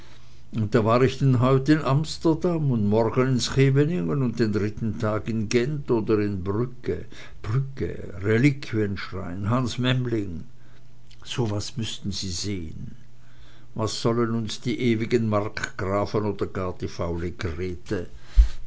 und da war ich denn heut in amsterdam und morgen in scheveningen und den dritten tag in gent oder in brügge brügge reliquienschrein hans memling so was müßten sie sehn was sollen uns diese ewigen markgrafen oder gar die faule grete